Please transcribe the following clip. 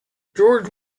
george